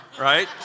right